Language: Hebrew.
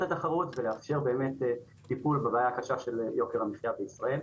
התחרות ולאפשר באמת טיפול בבעיית יוקר המחיה בישראל.